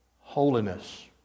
holiness